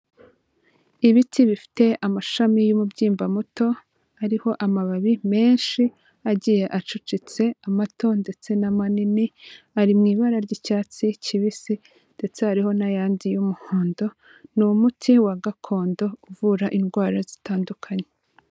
Ibiti bifite amashami y'umubyimba muto, ariho amababi menshi, agiye acucitse, amato ndetse na manini, ari mu ibara ry'icyatsi kibisi, ndetse hariho n'ayandi y'umuhondo, ni umuti wa gakondo uvura indwara zitandukanye.